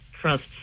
trust